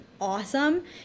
awesome